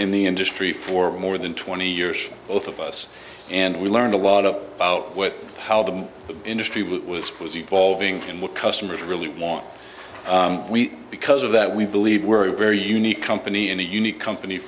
in the industry for more than twenty years both of us and we learned a lot of what how the industry was was evolving and what customers really want because of that we believe we're a very unique company and a unique company